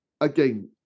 Again